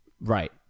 Right